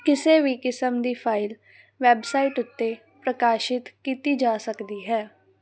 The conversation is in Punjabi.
ਕਿਸੇ ਵੀ ਕਿਸਮ ਦੀ ਫਾਈਲ ਵੈੱਬਸਾਈਟ ਉੱਤੇ ਪ੍ਰਕਾਸ਼ਿਤ ਕੀਤੀ ਜਾ ਸਕਦੀ ਹੈ